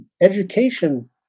Education